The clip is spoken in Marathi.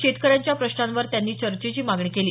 शेतकऱ्यांच्या प्रश्नांवर त्यांनी चर्चेची मागणी केली